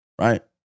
right